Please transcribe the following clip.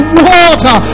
water